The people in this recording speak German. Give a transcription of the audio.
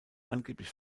angeblich